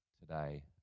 today